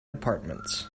departments